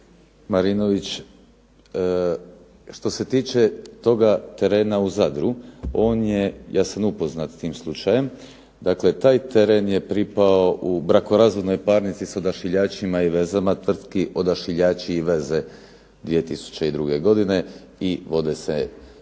Marinović, što se tiče toga u Zadru, ja sam upoznat s tim slučajem, dakle taj teren je pripao u brakorazvodnoj parnici s odašiljačima i vezama tvrtki "Odašiljači i veze" 2002. godine i još uvijek